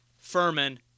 Furman